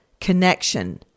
connection